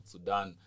Sudan